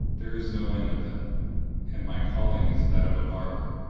there is no end of them and my calling is that of a barber.